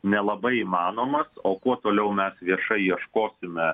nelabai įmanomas o kuo toliau mes viešai ieškosime